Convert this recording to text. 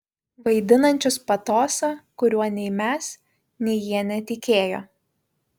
vaidinančius patosą kuriuo nei mes nei jie netikėjo